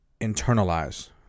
internalize